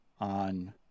on